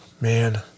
man